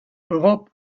europe